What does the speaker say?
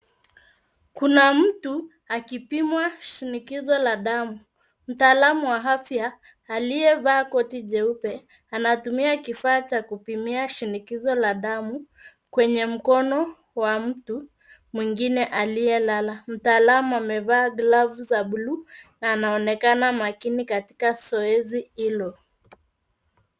Kuna mtu akipimwa shinikizo la tamu. Mtaalamu wa afya aliyevaa koti jeupe anatumia kifaa cha kupimia shinikizo la damu kwenye mkono wa mtu mwingine aliyelala. Mtaalam amevaa glavu za bluu na anaonekana makini katika zoezi hilo.